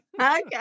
Okay